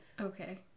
Okay